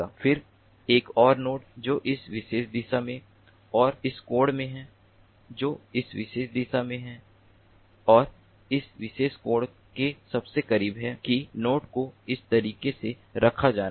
फिर एक और नोड जो इस विशेष दिशा में और इस कोण में है जो इस विशेष दिशा में है और यह इस विशेष नोड के सबसे करीब है कि नोड को इस तरीके से रखा जाना है